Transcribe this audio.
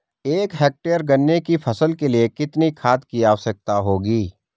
एक हेक्टेयर गन्ने की फसल के लिए कितनी खाद की आवश्यकता होगी?